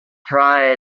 try